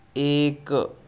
एक